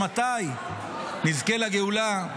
מתי נזכה לגאולה?